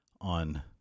on